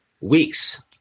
weeks